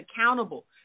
accountable